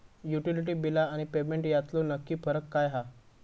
Utility बिला आणि payment यातलो नक्की फरक काय हा?